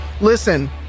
Listen